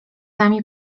nami